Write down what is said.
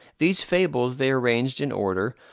these fables they arranged in order,